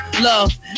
Love